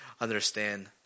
understand